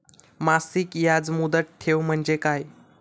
मासिक याज मुदत ठेव म्हणजे काय?